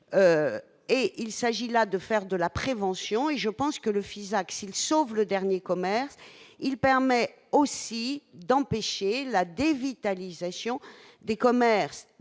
il s'agit là de faire de la prévention et je pense que le Fisac s'il sauve le dernier commerce, il permet aussi d'empêcher la dévitalisation des commerces